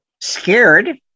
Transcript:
scared